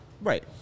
Right